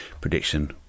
prediction